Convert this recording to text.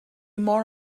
more